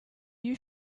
you